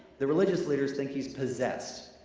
the religious leaders think he's possessed.